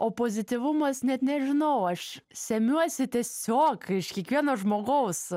o pozityvumas net nežinau aš semiuosi tiesiog iš kiekvieno žmogaus